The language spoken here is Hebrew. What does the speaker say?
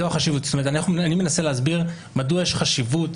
אני בעצם מנסה להסביר מדוע יש חשיבות